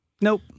Nope